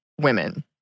women